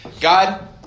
God